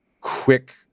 quick